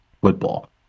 football